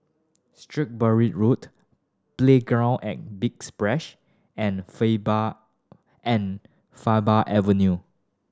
Shrewsbury Road Playground at Big Splash and Faber Avenue